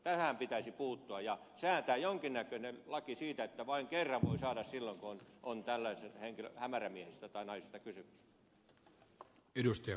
tähän pitäisi puuttua ja säätää jonkinnäköinen laki siitä että vain kerran voi saada korvauksen silloin kun on tällaisista hämärämiehistä tai naisista kysymys